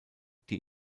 die